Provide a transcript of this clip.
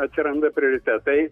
atsiranda prioritetai